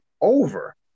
over